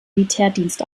militärdienst